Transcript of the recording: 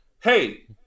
Hey